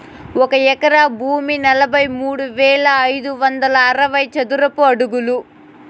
ఒక ఎకరా భూమి నలభై మూడు వేల ఐదు వందల అరవై చదరపు అడుగులు